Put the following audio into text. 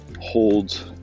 holds